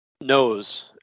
knows